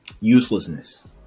uselessness